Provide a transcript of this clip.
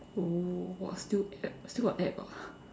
oh !wah! still app still got app ah